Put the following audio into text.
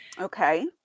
Okay